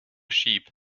sheep